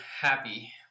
happy